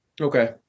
Okay